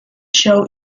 show